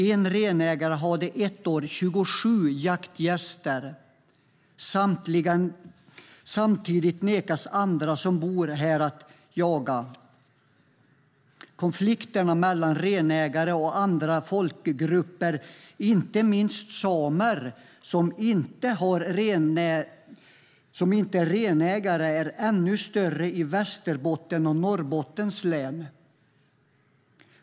En renägare hade ett år 27 jaktgäster. Samtidigt nekas andra som bor här att jaga. Konflikterna mellan renägare och andra folkgrupper, inte minst samer som inte är renägare, är ännu större i Västerbottens och Norrbottens län.